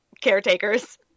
caretakers